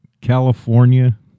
California